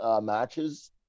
matches